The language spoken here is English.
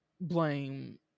blame